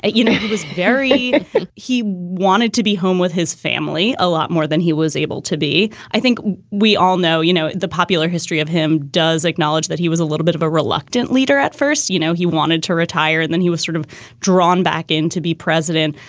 you know, he was very he wanted to be home with his family a lot more than he was able to be. i think we all know, you know, the popular history of him does acknowledge that he was a little bit of a reluctant leader at first. you know, he wanted to retire and then he was sort of drawn back in to be president.